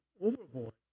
overboard